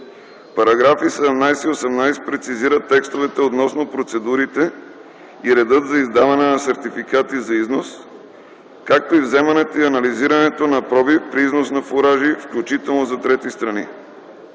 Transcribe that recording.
Параграфи 17 и 18 прецизират текстовете относно процедурите и реда за издаването на сертификати за износ, както и вземането и анализирането на проби при износ на фуражи, включително за трети страни.